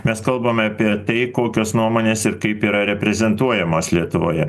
mes kalbame apie tai kokios nuomonės ir kaip yra reprezentuojamos lietuvoje